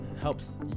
helps